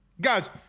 Guys